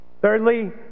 Thirdly